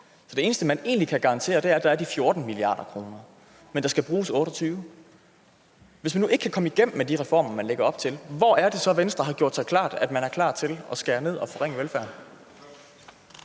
og det eneste, man egentlig kan garantere, er, at der er de 14 mia. kr. Men der skal bruges 28 mia. kr. Hvis man nu ikke kan komme igennem med de reformer, man lægger op til, hvor er det så Venstre har gjort sig klar til at skære ned og forringe velfærden?